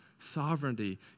sovereignty